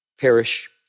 perish